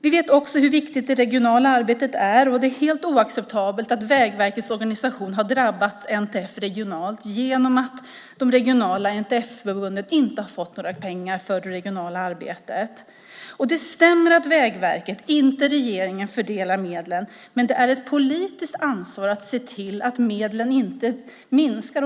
Vi vet också hur viktigt det regionala arbetet är, och det är helt oacceptabelt att Vägverkets organisation har drabbat NTF regionalt genom att de regionala NTF-förbunden inte har fått några pengar för det regionala arbetet. Det stämmer att Vägverket, inte regeringen, fördelar medlen. Men det är ett politiskt ansvar att se till att medlen inte minskar.